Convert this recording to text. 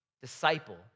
disciple